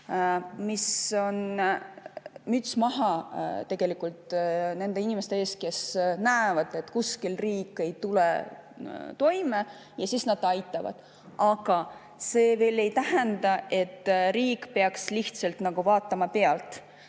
Müts maha nende inimeste ees, kes näevad, et kuskil riik ei tule toime, ja siis aitavad. Aga see veel ei tähenda, et riik peaks lihtsalt vaatama pealt.